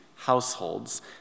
Households